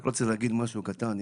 אני רוצה לומר משהו קטן.